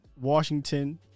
Washington